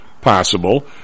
possible